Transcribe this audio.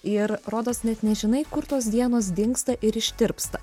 ir rodos net nežinai kur tos dienos dingsta ir ištirpsta